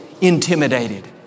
intimidated